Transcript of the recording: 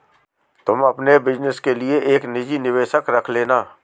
तुम अपने बिज़नस के लिए एक निजी निवेशक रख लेना